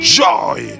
joy